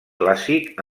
clàssic